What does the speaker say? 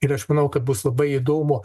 ir aš manau kad bus labai įdomu